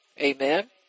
Amen